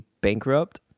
bankrupt